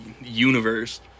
universe